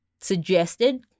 suggested